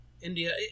India